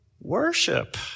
worship